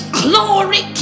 glory